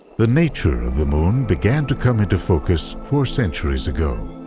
the nature of the moon began to come into focus four centuries ago.